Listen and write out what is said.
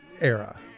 era